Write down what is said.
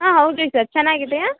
ಹಾಂ ಹೌದು ರೀ ಸರ್ ಚೆನ್ನಾಗಿದೆಯಾ